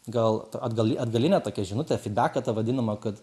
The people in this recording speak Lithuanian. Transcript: gal atgal atgalinę tokią žinutę fydbeką tą vadinama kad